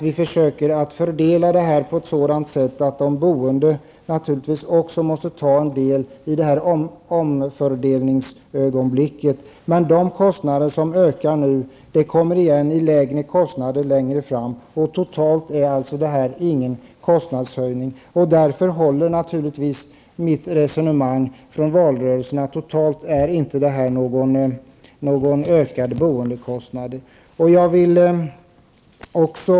Vi försöker att fördela det här på ett sådant sätt att de boende naturligtvis tar på sig en del av kostnaderna vid omfördelningsögonblicket. De kostnader som nu ökar kommer man att ''få igen'' i form av lägre kostnader längre fram. Totalt innebär det här alltså inte någon kostnadshöjning. Därför håller naturligtvis mitt resonemang från valrörelsen. Totalt är det alltså inte fråga om någon ökad boendekostnad.